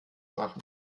machen